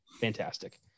Fantastic